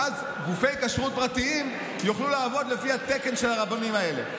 ואז גופי כשרות פרטיים יוכלו לעבוד לפי התקן של הרבנים האלה.